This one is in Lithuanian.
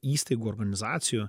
įstaigų organizacijų